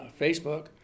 Facebook